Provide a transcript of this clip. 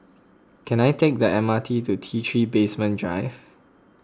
can I take the M R T to T three Basement Drive